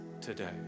today